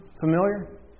familiar